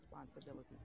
responsibility